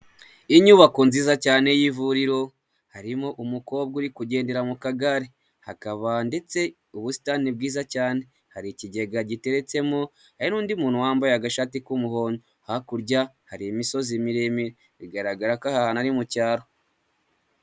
Inyubako nziza cyane y'ivuriro. Harimo umukobwa uri kugendera mu kagare. Hakaba ndetse ubusitani bwiza cyane, hari ikigega giteretsemo, hari n'undi muntu wambaye agashati k'umuhondo, hakurya hari imisozi miremire bigaragara ko aha hantu ari mu cyaro.